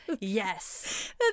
Yes